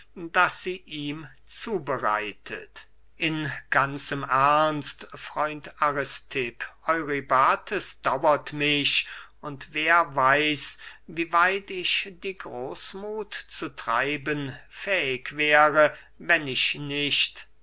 das sie ihm zubereitet in ganzem ernst freund aristipp eurybates dauert mich und wer weiß wie weit ich die großmuth zu treiben fähig wäre wenn ich nicht